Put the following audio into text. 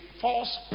false